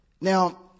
Now